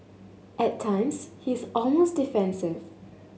at times he is almost defensive